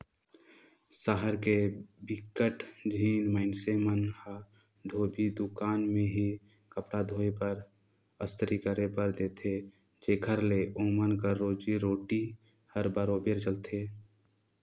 सहर के बिकट झिन मइनसे मन ह धोबी दुकान में ही कपड़ा धोए बर, अस्तरी करे बर देथे जेखर ले ओमन कर रोजी रोटी हर बरोबेर चलथे